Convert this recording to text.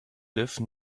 live